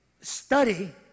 study